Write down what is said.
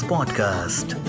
Podcast